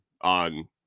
on